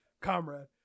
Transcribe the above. Comrade